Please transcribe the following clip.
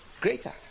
greater